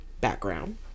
background